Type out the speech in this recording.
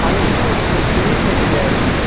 আমি কিছু জিনিস নিতে চাই আর কি